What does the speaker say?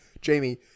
Jamie